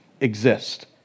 exist